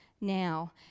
now